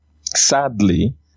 sadly